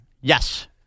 Yes